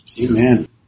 Amen